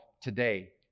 today